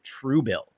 Truebill